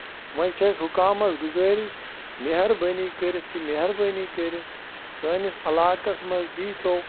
ووٚنۍ چھےٚ اسہِ حُکامَس گُزٲرش مہربٲنی کٔرِتھ تہٕ مہربٲنی کٔرِتھ سٲنِس علاقس منٛز دی تو